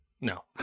No